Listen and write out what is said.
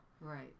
right